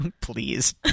please